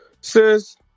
sis